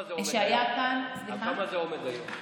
על כמה זה עומד היום?